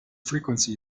frequency